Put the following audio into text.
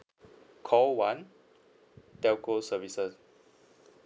call one telco services